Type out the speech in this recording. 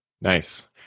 Nice